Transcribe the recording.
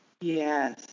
Yes